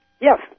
yes